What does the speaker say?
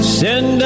send